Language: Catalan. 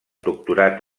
doctorat